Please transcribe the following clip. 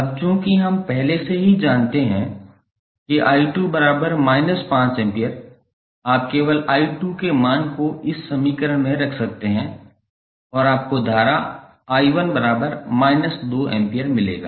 अब चूँकि हम पहले से ही जानते हैं कि 𝑖2 5 एम्पीयर आप केवल 𝑖2 के मान को इस समीकरण में रख सकते हैं और आपको धारा 𝑖1 2A मिलेगा